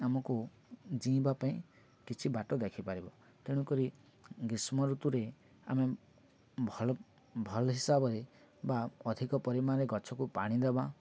ଆମକୁ ଜିଁବା ପାଇଁ କିଛି ବାଟ ଦେଖିପାରିବ ତେଣୁକରି ଗ୍ରୀଷ୍ମ ଋତୁରେ ଆମେ ଭଲ ଭଲ ହିସାବରେ ବା ଅଧିକ ପରିମାଣରେ ଗଛକୁ ପାଣି ଦେବା